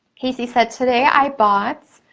kasey said, today i bought